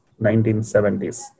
1970s